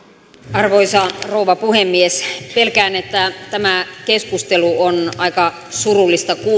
arvoisa rouva puhemies pelkään että tämä keskustelu on aika surullista